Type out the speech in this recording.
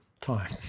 time